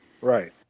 Right